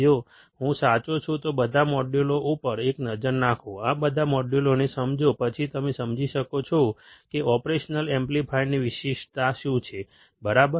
જો હું સાચો છું તો બધા મોડ્યુલો ઉપર એક નજર નાખો બધા મોડ્યુલોને સમજો પછી તમે સમજી શકશો કે ઓપરેશનલ એમ્પ્લીફાયરની વિશિષ્ટતાઓ શું છે બરાબર